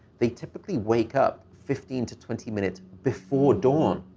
they typically wake up fifteen to twenty minutes before dawn.